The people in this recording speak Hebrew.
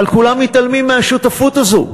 אבל כולם מתעלמים מהשותפות הזאת.